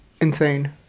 insane